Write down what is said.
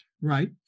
right